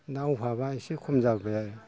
दा अभाबा एसे खम जाबोबाय आरो